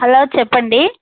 hello చెప్పండి